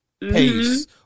pace